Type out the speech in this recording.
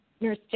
nurse